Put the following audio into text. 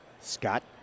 Scott